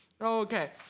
Okay